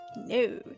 No